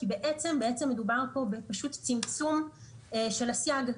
כי בעצם מדובר פה פשוט בצמצום של הסייג.